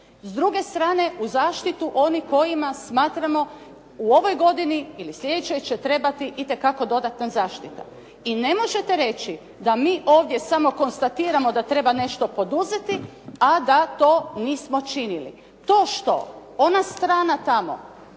s druge strane u zaštitu onim kojima smatramo u ovoj godini ili sljedećoj trebati itekako dodatna zaštita. I ne možete reći da mi ovdje samo konstatiramo da treba nešto poduzeti, a da to nismo činili. To što ona strana tamo